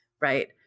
right